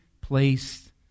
placed